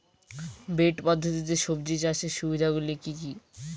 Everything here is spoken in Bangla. বেড পদ্ধতিতে সবজি চাষের সুবিধাগুলি কি কি?